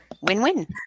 Win-win